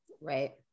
Right